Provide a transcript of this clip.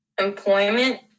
employment